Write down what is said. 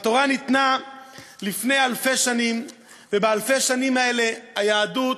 התורה ניתנה לפני אלפי שנים ובאלפי השנים האלה היהדות